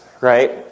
right